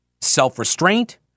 self-restraint